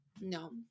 No